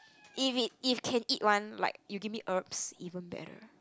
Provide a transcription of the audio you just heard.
if it if can eat one like you give me herbs even better